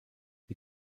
die